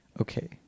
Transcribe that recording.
Okay